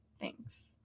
Thanks